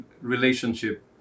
relationship